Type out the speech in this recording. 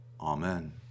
Amen